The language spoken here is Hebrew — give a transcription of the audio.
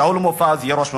שאול מופז יהיה ראש הממשלה.